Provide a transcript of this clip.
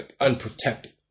unprotected